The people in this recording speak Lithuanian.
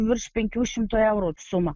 virš penkių šimtų eurų suma